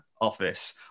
office